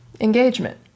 Engagement